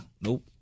nope